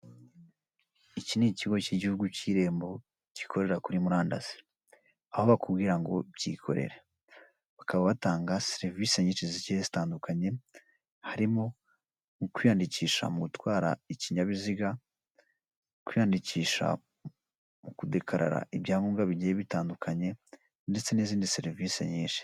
Umuhanda urimo imodoka zitari nyinshi iy'umutuku inyuma, imbere hari izindi n'amamoto hepfo tukabona urukamyo runini cyane bisa nk'aho ari rwarundi ruterura izindi, mu muhanda tukabonamo icyapa kiriho umweru tukabonamo amapoto rwose y'amatara amurikira umuhanda.